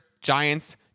Giants